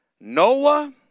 Noah